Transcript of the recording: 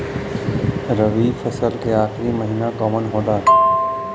रवि फसल क आखरी महीना कवन होला?